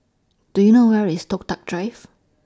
Do YOU know Where IS Toh Tuck Drive